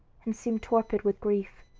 and seemed torpid with grief.